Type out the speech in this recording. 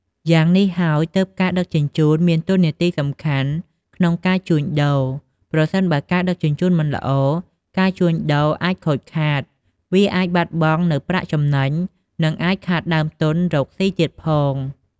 យ៉ាងនេះហើយទើបការដឹកជញ្ជូន មានតួនាទីសំខាន់ក្នុងការជួញដូរ ប្រសិនបើការដឹកជញ្ជូនមិនល្អ ការជួញដូរអាចខូចខាត វាអាចបាត់បង់នៅប្រាក់ចំណេញ និងអាចខាតដើមទន់រកស៊ីទៀតផង។